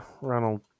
Ronald